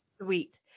sweet